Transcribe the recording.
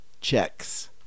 Checks